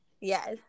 Yes